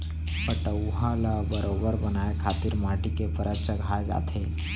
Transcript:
पटउहॉं ल बरोबर बनाए खातिर माटी के परत चघाए जाथे